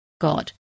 god